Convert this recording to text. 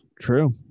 True